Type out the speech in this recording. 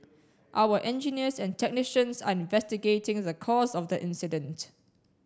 our engineers and technicians are investigating the cause of the incident